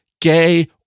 gay